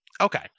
Okay